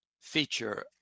feature